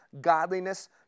godliness